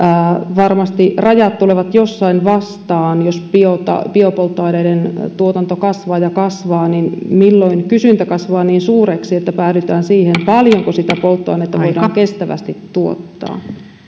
varmasti rajat tulevat jossain vastaan jos biopolttoaineiden tuotanto kasvaa ja kasvaa eli milloin kysyntä kasvaa niin suureksi että päädytään siihen rajaan paljonko sitä polttoainetta voidaan kestävästi tuottaa